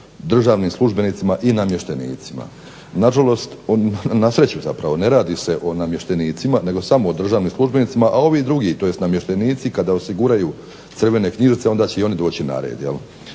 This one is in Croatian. državnim službenicima i namještenicima. Na žalost, na sreću zapravo ne radi se o namještenicima, nego samo o državnim službenicima, a ovi drugi tj. namještenici kada osiguraju crvene knjižice onda će i oni doći na red.